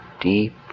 Deep